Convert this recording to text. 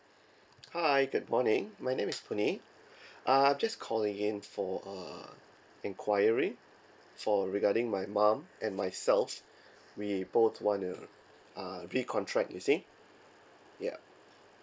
hi good morning my name is puni err just calling in for err enquiry for regarding my mum and myself we both want to uh recontract you see ya